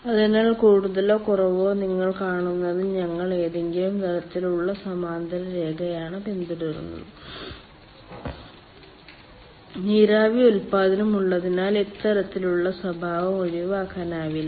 അതിനാൽ കൂടുതലോ കുറവോ നിങ്ങൾ കാണുന്നത് ഞങ്ങൾ ഏതെങ്കിലും തരത്തിലുള്ള സമാന്തര രേഖയാണ് പിന്തുടരുന്നത് നീരാവി ഉൽപാദനം ഉള്ളതിനാൽ ഇത്തരത്തിലുള്ള സ്വഭാവം ഒഴിവാക്കാനാവില്ല